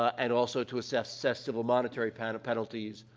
and also to assess assess civil monetary kind of penalties.